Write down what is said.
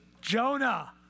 Jonah